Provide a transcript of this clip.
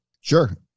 Sure